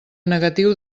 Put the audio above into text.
negatiu